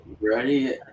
Ready